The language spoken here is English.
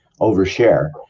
overshare